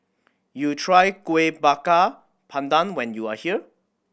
you try Kueh Bakar Pandan when you are here